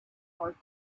are